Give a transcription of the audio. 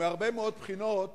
מהרבה מאוד בחינות